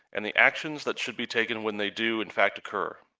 and the actions that should be taken when they do in fact occur.